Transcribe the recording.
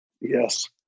Yes